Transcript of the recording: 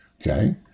Okay